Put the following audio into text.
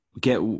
Get